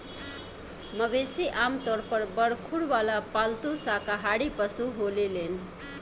मवेशी आमतौर पर बड़ खुर वाला पालतू शाकाहारी पशु होलेलेन